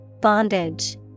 Bondage